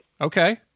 Okay